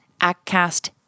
ActCast